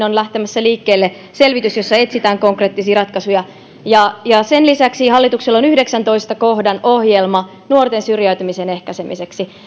on lähtemässä liikkeelle selvitys jossa etsitään konkreettisia ratkaisuja ja ja sen lisäksi hallituksella on yhdeksännentoista kohdan ohjelma nuorten syrjäytymisen ehkäisemiseksi